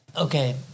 Okay